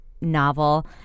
novel